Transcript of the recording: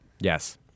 Yes